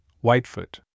Whitefoot